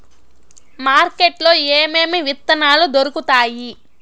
market లో ఏమేమి విత్తనాలు దొరుకుతాయి